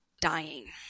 dying